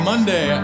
Monday